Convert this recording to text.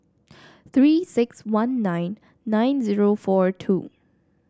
Three six one nine nine zero four two